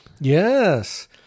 yes